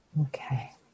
Okay